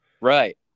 Right